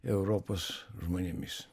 europos žmonėmis